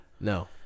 No